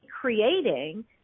creating